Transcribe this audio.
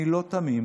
אני לא תמים,